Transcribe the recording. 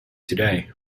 today